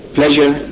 pleasure